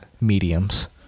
mediums